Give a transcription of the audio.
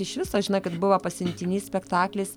iš viso žinokit buvo pasiuntinys spektaklis